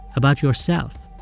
about yourself,